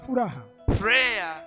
Prayer